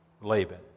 Laban